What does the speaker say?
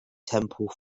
temple